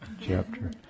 chapter